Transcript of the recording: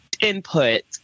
input